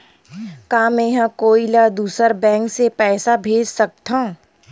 का मेंहा कोई ला दूसर बैंक से पैसा भेज सकथव?